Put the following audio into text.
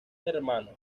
hermanos